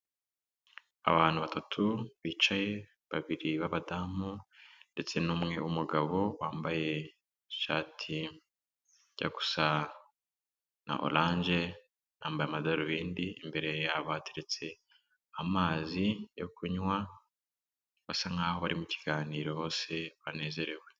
Abantu batatu bicaye, babiri b'abadamu ndetse n'umwe w'umugabo wambaye ishati ijya gusa na oranje, yambaye amadarubindi, imbere abateretse amazi yo kunywa, basa nkaho bari mu kiganiro, bose banezerewe.